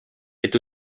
est